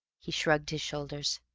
he shrugged his shoulders.